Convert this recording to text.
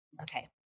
Okay